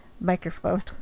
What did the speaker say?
microphone